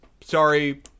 Sorry